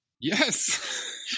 Yes